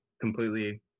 completely